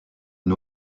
une